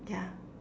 ya